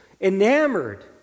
enamored